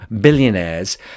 billionaires